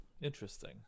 Interesting